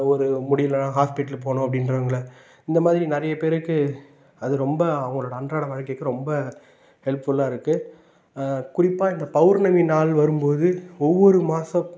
ஒரு முடியலைன்னா ஹாஸ்பிட்டல் போகணும் அப்படின்றாங்கள இந்த மாதிரி நிறையப்பேருக்கு அது ரொம்ப அவங்களோட அன்றாட வாழ்க்கைக்கு ரொம்ப ஹெல்ப்ஃபுல்லாக இருக்குது குறிப்பாக இந்த பௌர்ணமி நாள் வரும்போது ஒவ்வொரு மாதம்